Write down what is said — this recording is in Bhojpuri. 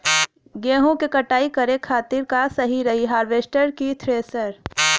गेहूँ के कटाई करे खातिर का सही रही हार्वेस्टर की थ्रेशर?